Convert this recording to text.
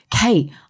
kate